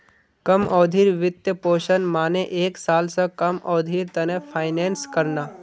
कम अवधिर वित्तपोषण माने एक साल स कम अवधिर त न फाइनेंस करना